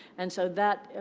and so that